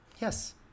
Yes